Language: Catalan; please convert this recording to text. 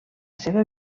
seva